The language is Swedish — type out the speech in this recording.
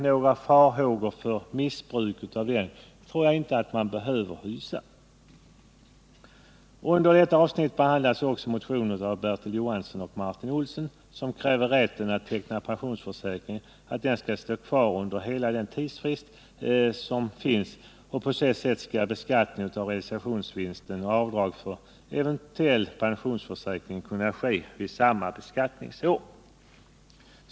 Några farhågor för missbruk tror jag inte man behöver hysa. Under detta avsnitt behandlas också en motion av Bertil Johansson och Martin Olsson som kräver att rätten att teckna pensionsförsäkring skall stå kvar under hela tidsfristen för att beskattning av realisationsvinst och avdrag för en eventuell pensionsförsäkring skall kunna ske samma beskattningsår.